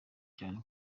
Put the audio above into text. cyane